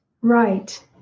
Right